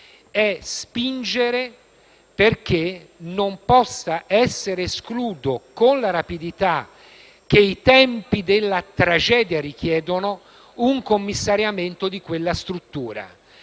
è spingere affinché non possa essere escluso, con la rapidità che i tempi della tragedia richiedono, un commissariamento di quella struttura.